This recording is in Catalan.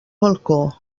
balcó